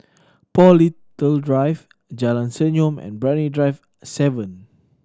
Paul Little Drive Jalan Senyum and Brani Drive Seven